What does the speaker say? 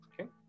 Okay